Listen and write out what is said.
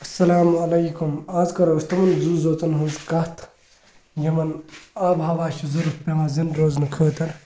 اَلسَلامُ علیکُم آز کَرو أسۍ تِمَن زُو زٲژَن ہنٛز کَتھ یِمَن آب و ہوا چھِ ضروٗرت پیٚوان زنٛدٕ روزنہٕ خٲطرٕ